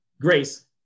Grace